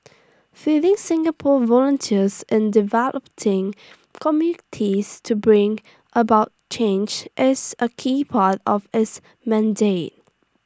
fielding Singapore volunteers in communities to bring about change is A key part of its mandate